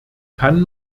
kann